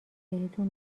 بهتون